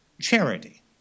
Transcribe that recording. charity